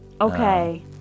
Okay